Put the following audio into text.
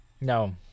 No